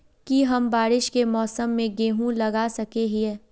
की हम बारिश के मौसम में गेंहू लगा सके हिए?